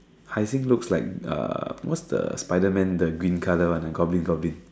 Hai-Sing looks like uh what's the spiderman the green colour one ah goblin goblin